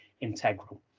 integral